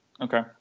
Okay